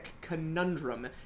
conundrum